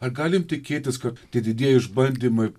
ar galim tikėtis kad tie didieji išbandymai